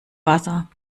wasser